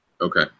Okay